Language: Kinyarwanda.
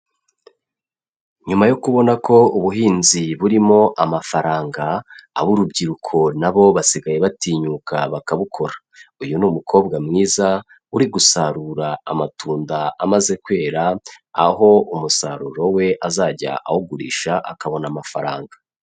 Nyuma yo kubona ko ubuhinzi burimo amafaranga, ab'urubyiruko na bo basigaye batinyuka bakabukora. Uyu ni umukobwa mwiza uri gusarura amatunda amaze kwera, aho umusaruro we azajya awugurisha akabona amafaranga.